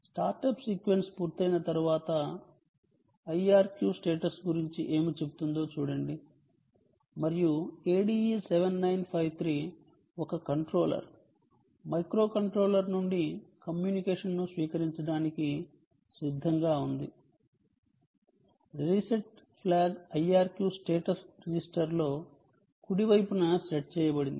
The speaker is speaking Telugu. స్టార్టప్ సీక్వెన్స్ పూర్తయిన తర్వాత IRQ స్టేటస్ గురించి ఏమి చెబుతుందో చూడండి మరియు ADE7953 ఒక కంట్రోలర్ మైక్రోకంట్రోలర్ నుండి కమ్యూనికేషన్ను స్వీకరించడానికి సిద్ధంగా ఉంది రీసెట్ ఫ్లాగ్ IRQ స్టేటస్ రిజిస్టర్లో కుడివైపున సెట్ చేయబడింది